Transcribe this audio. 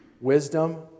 wisdom